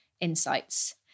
insights